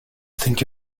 think